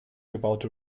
gebaute